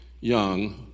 Young